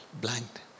blanked